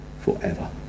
Forever